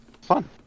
fun